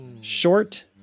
short